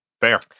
fair